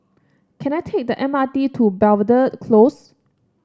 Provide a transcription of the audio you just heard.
can I take the M R T to Belvedere Close